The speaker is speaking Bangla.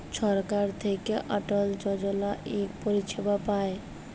ছরকার থ্যাইকে অটল যজলা ইক পরিছেবা পায়